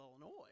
Illinois